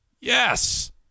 Yes